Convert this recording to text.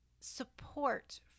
support